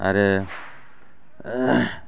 आरो